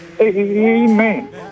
Amen